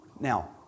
Now